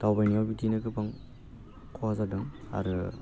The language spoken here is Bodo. दावबायनायाव बिदिनो गोबां खहा जादों आरो